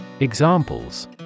Examples